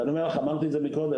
אמרתי את זה קודם,